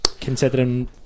considering